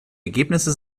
ergebnisse